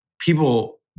people